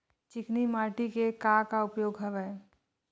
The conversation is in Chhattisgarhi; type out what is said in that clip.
चिकनी माटी के का का उपयोग हवय?